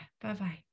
Bye-bye